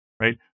Right